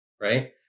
Right